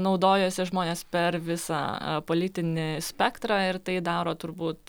naudojosi žmonės per visą politinį spektrą ir tai daro turbūt